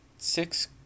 Six